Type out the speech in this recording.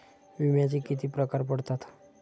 विम्याचे किती प्रकार पडतात?